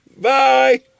bye